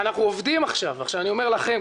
אנחנו עובדים עכשיו על סל